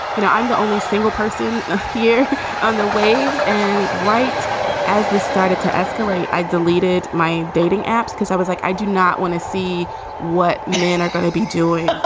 you know, i'm the only single person here on the wave. and right as this started to escalate, i deleted my dating apps because i was like, i do not want to see what men are going to be doing.